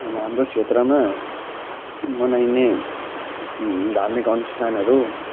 अब हाम्रो क्षेत्रमा मनाइने धार्मिक अनुष्ठानहरू